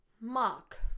mark